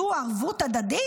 זו ערבות הדדית?